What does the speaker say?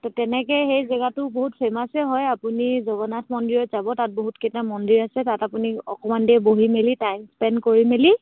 ত' তেনেকে সেই জেগাটো বহুত ফেমাছেই হয় আপুনি জগন্নাথ মন্দিৰত যাব তাত বহুতকেইটা মন্দিৰ আছে তাত আপুনি অকণমান দেৰি বহি মেলি টাইম স্পেণ্ড কৰি মেলি